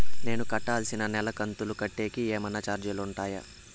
నేను కట్టాల్సిన నెల కంతులు కట్టేకి ఏమన్నా చార్జీలు ఉంటాయా?